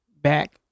back